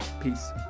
Peace